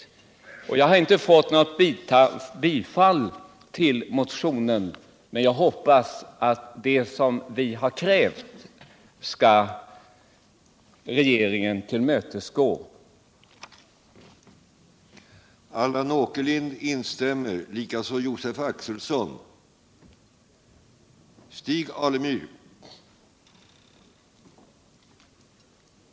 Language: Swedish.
Utskottet har inte tillstyrkt motionen, men jag hoppas att regeringen skall tillmötesgå våra krav.